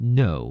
no